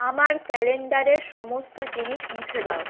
আমার ক্যালেন্ডারের সমস্ত জিনিস মুছে দাও